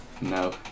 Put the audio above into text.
No